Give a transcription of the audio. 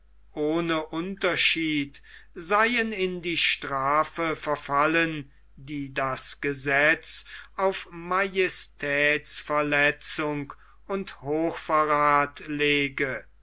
ohne unterschied seien in die strafe verfallen die das gesetz auf majestätsverletzung und hochverrath lege